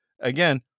again